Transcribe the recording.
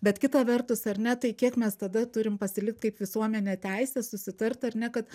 bet kita vertus ar ne tai kiek mes tada turim pasilikt kaip visuomenė teise susitart ar ne kad